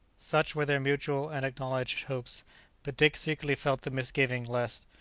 such were their mutual and acknowledged hopes but dick secretly felt the misgiving lest,